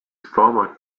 former